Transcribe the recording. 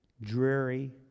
Dreary